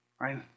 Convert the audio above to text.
Right